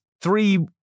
three